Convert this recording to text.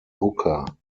hooker